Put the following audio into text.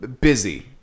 busy